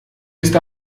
ist